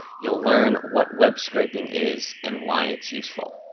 you'll learn what web scraping is and why it's useful.